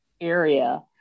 area